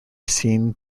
seen